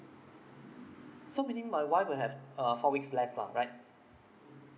so meaning my wife will have err four weeks left ah right